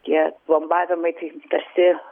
tie plombavimai tarsi